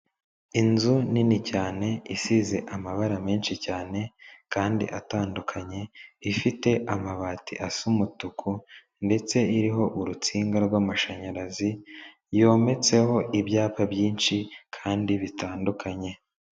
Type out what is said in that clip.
Inzu nini cyane isize amabara menshi cyane kandi atandukanye, ifite amabati asa umutuku ndetse iriho urutsinga rw'amashanyarazi, yometseho ibyapa byinshi kandi bitandukanye.